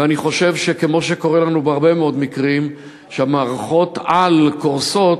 ואני חושב שכמו שקורה לנו בהרבה מאוד מקרים שמערכות העל קורסות,